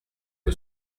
que